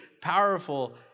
powerful